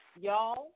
Y'all